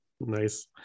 Nice